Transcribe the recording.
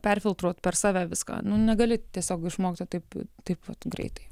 perfiltruot per save viską nu negali tiesiog išmokti taip taip greitai